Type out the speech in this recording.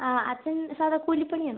അച്ഛൻ സാധാ കൂലിപണിയാണ്